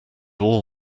all